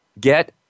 get